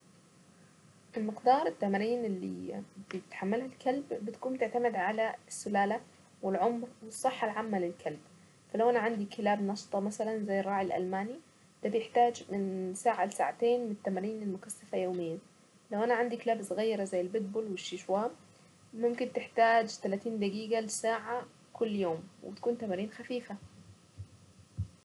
في المقدار التمرين اللي بيتحمله الكلب بتكون تعتمد على السلالة والعمق والصحة العامة للكلب فلو انا عندي كلاب نشطة مثلا زي الراعي الالماني ده بيحتاج من ساعة لساعتين التمارين المكسفة يوميا لو انا عندي كلاب صغيرة زي البيت بول والشيشوار ممكن تحتاج تلاتين دقيقة لساعة كل يوم وبتكون تمارين خفيفة.